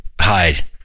hide